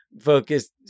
focused